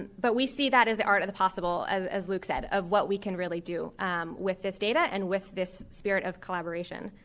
but we see that as the art of the possible as as luke said, of what we can really do um with this data and with this spirit of collaboration.